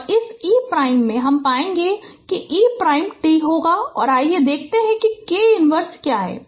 तो इस e prime में हम पाएंगे कि e प्राइम t होगा और आइए देखते हैं कि K इन्वर्स क्या है